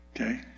okay